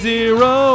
Zero